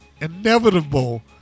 inevitable